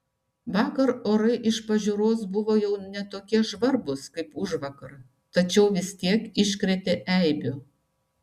vakar orai iš pažiūros buvo jau ne tokie žvarbūs kaip užvakar tačiau vis tiek iškrėtė eibių